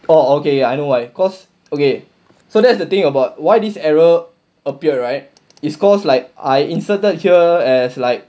orh okay I know why because okay so that's the thing about why this error appear right it's because like I inserted here as like